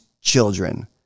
children